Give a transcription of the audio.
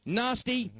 nasty